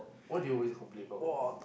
what do you always complain about